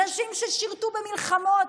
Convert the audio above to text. אנשים ששירתו במלחמות,